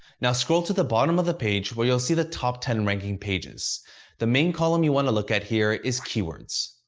now, scroll to the bottom of the page where you'll see the top ten ranking pages. the main column you want to look at here is keywords.